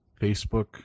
Facebook